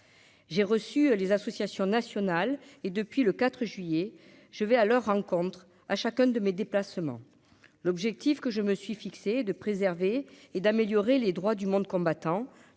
j'ai reçu les associations nationales et depuis le 4 juillet je vais à leur rencontre à chacun de mes déplacements, l'objectif que je me suis fixé de préserver et d'améliorer les droits du monde combattant